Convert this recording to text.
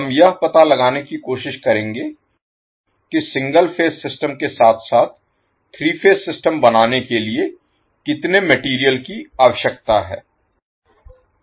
हम यह पता लगाने की कोशिश करेंगे कि सिंगल फेज सिस्टम के साथ साथ 3 फेज सिस्टम बनाने के लिए कितने मटेरियल की आवश्यकता है